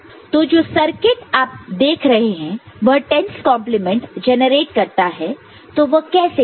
तो जो सर्किट आप देख रहे हैं वह 10's complement 10's complement generate करता है तो वह कैसे करता है